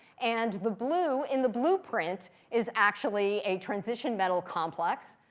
and the blue in the blueprint is actually a transition metal complex.